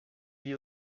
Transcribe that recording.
vit